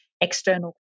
external